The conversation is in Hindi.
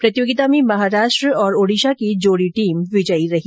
प्रतियोगिता में महाराष्ट्र और ओडिशा की जोडी टीम विजयी रही